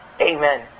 Amen